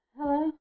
Hello